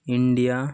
India